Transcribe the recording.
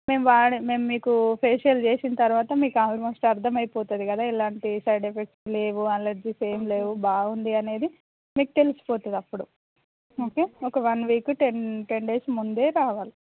మేం వాడే మేం మీకు ఫేషియల్ చేసిన తర్వాత మీకు ఆల్మోస్ట్ అర్ధమయిపోతుంది కదా ఎలాంటి సైడ్ ఎఫెక్ట్స్ లేవు అలర్జీస్ ఏం లేవు బాగుంది అనేది మీకు తెలిసిపోతుందప్పుడు ఓకే ఒక one week ten ten days ముందే రావాలి